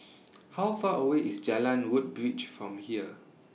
How Far away IS Jalan Woodbridge from here